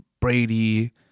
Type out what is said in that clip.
Brady